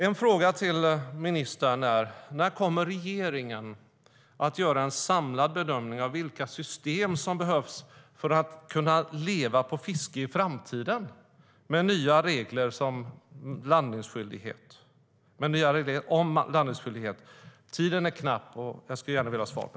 En fråga till ministern är när regeringen kommer att göra en samlad bedömning av vilka system som behövs för att människor ska kunna leva på fiske i framtiden, med nya regler om landningsskyldighet. Det skulle jag gärna vilja ha svar på.